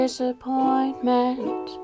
Disappointment